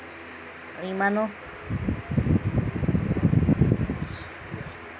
ইমানো